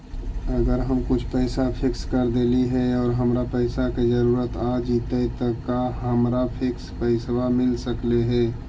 अगर हम कुछ पैसा फिक्स कर देली हे और हमरा पैसा के जरुरत आ जितै त का हमरा फिक्स पैसबा मिल सकले हे?